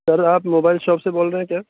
سر آپ mobile shop سے بول رہے ہیں کیا